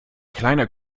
kleiner